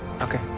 Okay